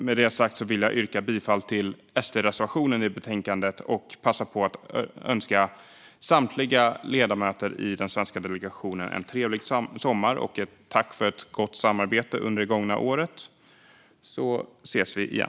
Med det sagt vill jag yrka bifall till SD-reservationen i betänkandet och passa på att önska samtliga ledamöter i den svenska delegationen en trevlig sommar. Tack för ett gott samarbete under det gångna året! Vi ses igen.